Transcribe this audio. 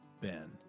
Ben